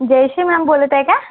Jayashree ma'am बोलत आहे का